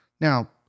Now